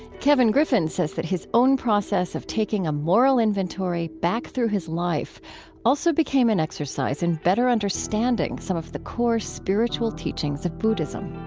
kevin griffin says that his own process of taking a moral inventory back through his life also became an exercise in better understanding some of the core spiritual teachings of buddhism